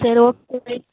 சரி okay wait